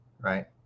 right